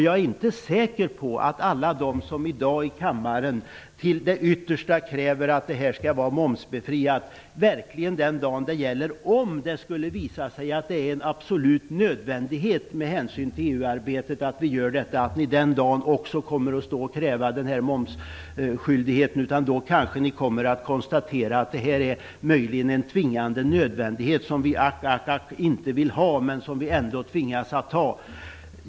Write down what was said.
Jag är säker på att alla de här i kammaren som till det yttersta kräver att ridsporten skall vara momsbefriad kommer att kräva den här momsskyldigheten, om det skulle visa sig vara en absolut nödvändighet med hänsyn till EU-arbetet. Då tvingas ni kanske konstatera att detta är en nödvändighet som vi inte vill ha men som vi ändå blir tvungna att införa.